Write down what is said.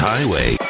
Highway